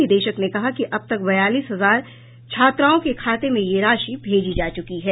निदेशक ने कहा कि अब तक बयालीस हजार छात्राओं के खाते में यह राशि भेजी जा चुकी है